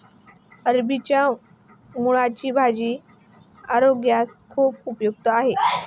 अरबीच्या मुळांची भाजी आरोग्यास खूप उपयुक्त आहे